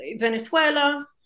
Venezuela